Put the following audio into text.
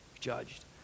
judged